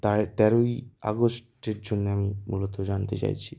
তেরোই আগস্টের জন্য আমি মূলত জানতে চাইছি